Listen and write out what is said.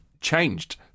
changed